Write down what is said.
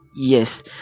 Yes